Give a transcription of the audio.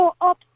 up